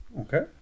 Okay